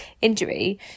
injury